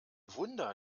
wunder